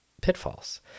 pitfalls